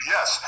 Yes